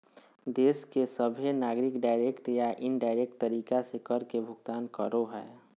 देश के सभहे नागरिक डायरेक्ट या इनडायरेक्ट तरीका से कर के भुगतान करो हय